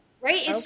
Right